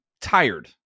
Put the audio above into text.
tired